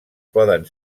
poden